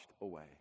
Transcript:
away